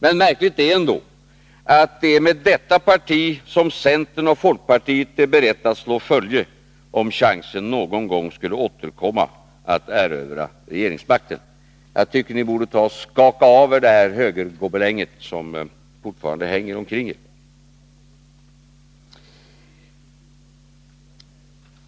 Men det är ändå märkligt att det är med detta parti som centern och folkpartiet är beredda att slå följe, om chansen att erövra regeringsmakten någon gång skulle återkomma. Jag tycker att ni borde ta och skaka av er den högergobeläng som fortfarande hänger omkring er.